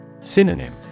Synonym